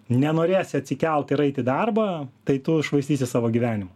nenorėsi atsikelt ir eit į darbą tai tu švaistysi savo gyvenimą